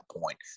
point